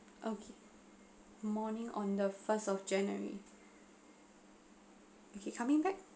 oh morning on the first of january okay coming back